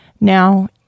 Now